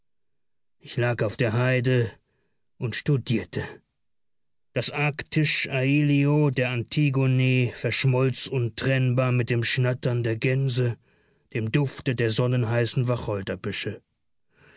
ich lag auf der heide und studierte das der antigone verschmolz untrennbar mit dem schnattern der gänse dem dufte der sonnenheißen